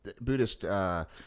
Buddhist